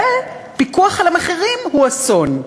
ופיקוח על המחירים הוא אסון.